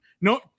No